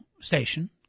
station